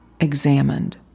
examined